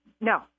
No